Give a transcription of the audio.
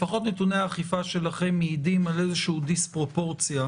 לפחות נתוני האכיפה שלכם מעידים על איזושהי דיספרופורציה